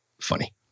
funny